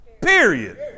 Period